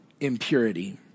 impurity